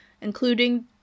including